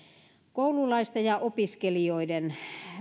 koululaisten ja opiskelijoiden